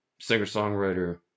singer-songwriter